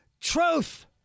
truth